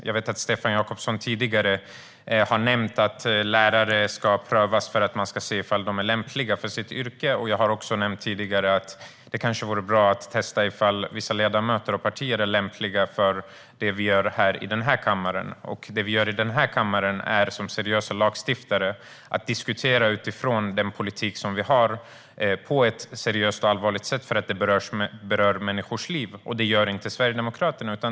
Jag vet att Stefan Jakobsson tidigare har nämnt att lärare ska prövas för att se om de är lämpliga för sitt yrke, och jag har också nämnt tidigare att det kanske vore bra att testa om vissa ledamöter och partier är lämpliga för det vi gör i den här kammaren. Det vi gör i den här kammaren är att som seriösa lagstiftare diskutera utifrån den politik vi har på ett seriöst och allvarligt sätt för att det berör människors liv. Det gör inte Sverigedemokraterna.